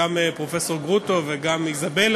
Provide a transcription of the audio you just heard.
רופא, ולכן, מבחינתו,